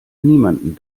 niemanden